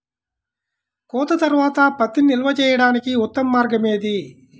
కోత తర్వాత పత్తిని నిల్వ చేయడానికి ఉత్తమ మార్గం ఏది?